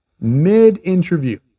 mid-interview